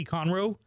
Conroe